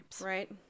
Right